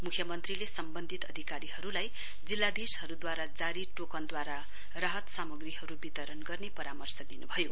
मुख्यमन्त्रीले सम्वन्धित अधिकारीहरूलाई जिल्लाधीशद्वारा जारी टोकनद्वारा राहत सामग्रीहरू वितरण गर्ने परामर्श दिनुभयो